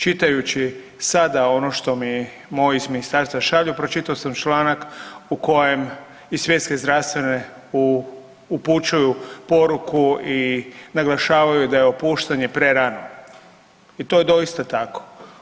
Čitajući sada ono što mi moji iz ministarstva šalju pročitao sam članak u kojem i Svjetske zdravstvene upućuju poruku i naglašavaju da je opuštanje prerano i to je doista tako.